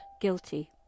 guilty